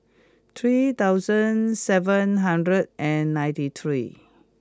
three thousand seven hundred and ninety three